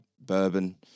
bourbon